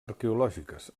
arqueològiques